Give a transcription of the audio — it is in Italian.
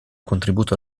contributo